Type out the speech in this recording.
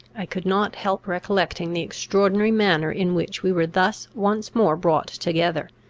i could not help recollecting the extraordinary manner in which we were thus once more brought together,